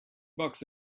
bucks